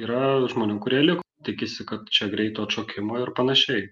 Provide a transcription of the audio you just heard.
yra žmonių kurie liko tikisi kad čia greito atšokimo ir panašiai